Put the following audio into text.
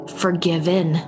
forgiven